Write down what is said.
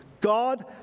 God